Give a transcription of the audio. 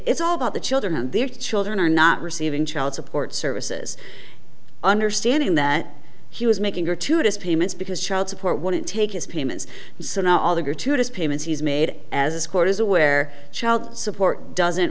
it's all about the children and their children are not receiving child support services understanding that he was making or to this payments because child support wouldn't take his payments so now all the gratuitous payments he's made as court is aware child support doesn't